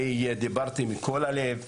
דיברתי מכל הלב,